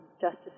justice